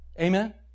Amen